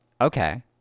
Okay